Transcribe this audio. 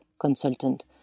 consultant